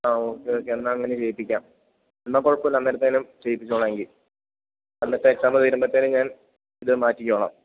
ആ okay okay എന്നാൽ അങ്ങനെ ചെയ്യിപ്പിക്കാം എന്നാൽ കുഴപ്പം ഇല്ല അന്നേരത്തേനും ചെയ്യിപ്പിച്ചോളാം എങ്കിൽ അന്നത്തെ എക്സാം തീരുമ്പത്തേന് ഞാൻ ഇത് മാറ്റിക്കോളാം